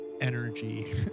energy